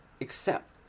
accept